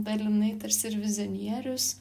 dalinai tarsi ir vizionierius